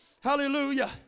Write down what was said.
hallelujah